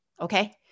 Okay